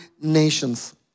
nations